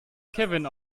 kevin